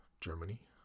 Germany